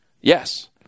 Yes